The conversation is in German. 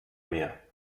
mehr